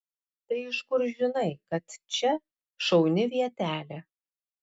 tai iš kur žinai kad čia šauni vietelė